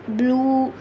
blue